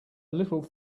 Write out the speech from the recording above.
little